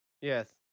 Yes